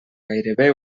gairebé